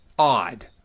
Odd